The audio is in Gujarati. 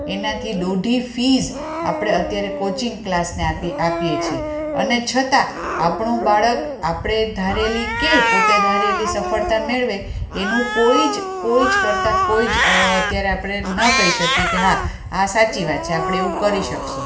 એનાથી દોઢી ફીસ આપણે અત્યારે કોચિંગ ક્લાસને આપીએ છીએ અને છતાં આપણું બાળક આપણે ધારેલી કે પોતે ધારેલી સફળતા મેળવે એનું કોઈ જ કોઈ જ કરતાં કોઈ જ અત્યારે આપણે ન કહી શકીએ કે હા આ સાચી વાત છે આપણે એવું કરી શકીશું